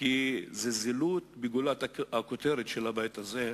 כי זה זילות של גולת הכותרת של הבית הזה,